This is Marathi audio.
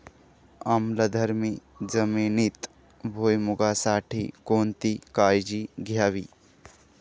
आम्लधर्मी जमिनीत भुईमूगासाठी कोणती काळजी घ्यावी?